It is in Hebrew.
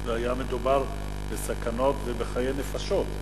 זה היה מדובר בסכנות ובחיי נפשות.